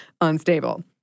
unstable